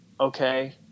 okay